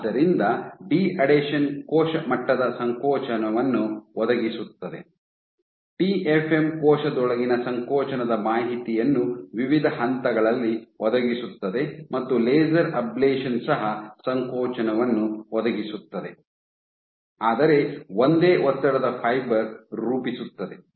ಆದ್ದರಿಂದ ಡಿಅಡೆಷನ್ ಕೋಶ ಮಟ್ಟದ ಸಂಕೋಚನವನ್ನು ಒದಗಿಸುತ್ತದೆ ಟಿಎಫ್ಎಂ ಕೋಶದೊಳಗಿನ ಸಂಕೋಚನದ ಮಾಹಿತಿಯನ್ನು ವಿವಿಧ ಹಂತಗಳಲ್ಲಿ ಒದಗಿಸುತ್ತದೆ ಮತ್ತು ಲೇಸರ್ ಅಬ್ಲೇಶನ್ ಸಹ ಸಂಕೋಚನವನ್ನು ಒದಗಿಸುತ್ತದೆ ಆದರೆ ಒಂದೇ ಒತ್ತಡದ ಫೈಬರ್ ರೂಪಿಸುತ್ತದೆ